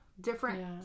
different